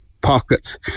pockets